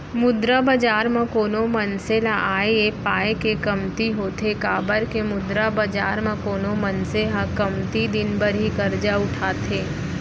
मुद्रा बजार म कोनो मनसे ल आय ऐ पाय के कमती होथे काबर के मुद्रा बजार म कोनो मनसे ह कमती दिन बर ही करजा उठाथे